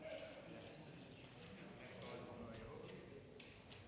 Tak